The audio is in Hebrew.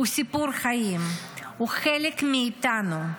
הוא סיפור חיים, הוא חלק מאיתנו.